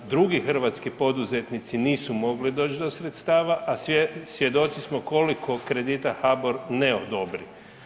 Drugi hrvatski poduzetnici nisu mogli doći do sredstava, a svjedoci smo koliko kredita HBOR ne odobri.